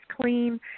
clean